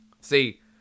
See